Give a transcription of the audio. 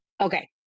Okay